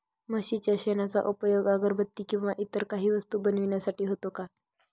म्हशीच्या शेणाचा उपयोग अगरबत्ती किंवा इतर काही वस्तू बनविण्यासाठी होतो का?